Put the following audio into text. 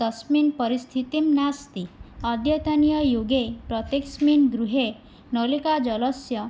तस्मिन् परिस्थितिः नास्ति अद्यतनीय युगे प्रत्येकस्मिन् गृहे नलिकाजलस्य